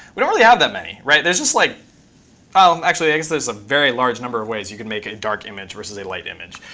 we don't really have that many. there's just, like ah um actually, i guess there's a very large number of ways you can make a dark image versus a light image.